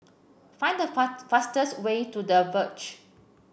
find fast the fastest way to The Verge